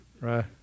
Right